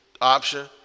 option